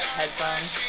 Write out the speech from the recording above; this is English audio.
headphones